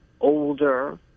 older